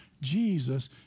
Jesus